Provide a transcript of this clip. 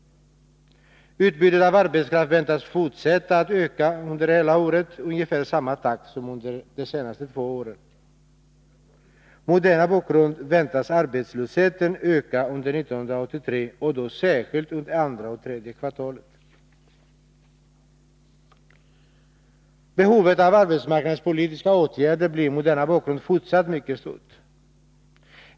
Utbudet av arbetskraft väntas fortsätta att öka hela året i ungefär samma takt som under de senaste två åren. Mot denna bakgrund väntas arbetslösheten öka under 1983 och då särskilt under andra och tredje kvartalet. Behovet av arbetsmarknadspolitiska åtgärder blir mot denna bakgrund fortsatt mycket stort.